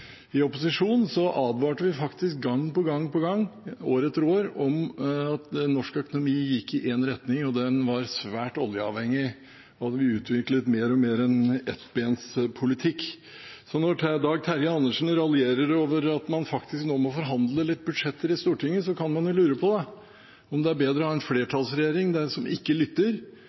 I opposisjon advarte vi faktisk gang på gang, år etter år, om at norsk økonomi gikk i én retning, den var svært oljeavhengig, og vi utviklet mer og mer en ettbenspolitikk. Så når Dag Terje Andersen raljerer over at man nå må forhandle litt budsjetter i Stortinget, kan man lure på om det er bedre å ha en